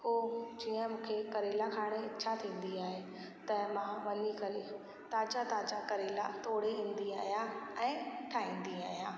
को जीअं मूंखे करेला खाइण जी इछा थींदी आहे त मां वञी करे ताज़ा ताज़ा करेला तोड़े ईंदी आहियां ऐं ठाहींदी आहियां